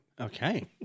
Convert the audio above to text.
Okay